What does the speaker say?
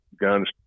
guns